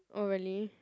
oh really